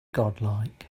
godlike